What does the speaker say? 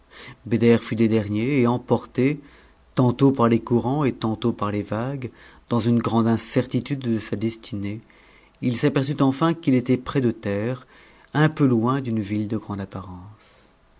des derniers et emporté tantôt par les courants et tantôt par les vaguer dans une grande incertitude de sa destinée il s'aperçut enfin qu'il était près de terre et peu loin d'une ville de grande apparence